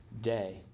day